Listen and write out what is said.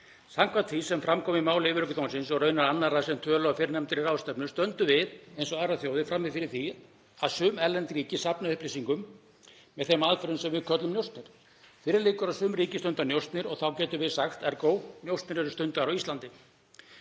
Samkvæmt því sem fram kom í máli yfirlögregluþjónsins, og raunar annarra sem töluðu á fyrrnefndri ráðstefnu, stöndum við eins og aðrar þjóðir frammi fyrir því að sum erlend ríki safna upplýsingum með þeim aðferðum sem við köllum njósnir. Fyrir liggur að sum ríki stunda njósnir og þá getum við sagt. Ergo: Njósnir eru stundaðar á Íslandi.